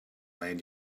land